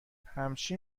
همچی